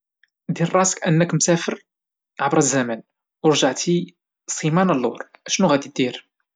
دير راسك انك مسافر عبر الزمن ورجعي سيمانا اللور، شنو غادي دير؟